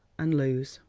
and lose.